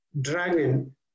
dragon